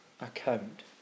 account